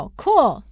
cool